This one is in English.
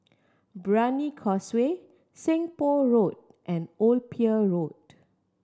Brani Causeway Seng Poh Road and Old Pier Road